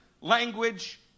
language